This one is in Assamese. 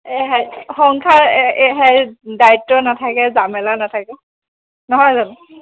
এহাই সংসাৰ এহে দায়িত্ব নাথাকে জামেলা নাথাকে নহয় জানো